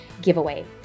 giveaway